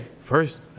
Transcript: First